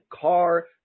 car